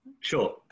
Sure